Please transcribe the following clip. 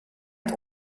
het